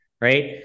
right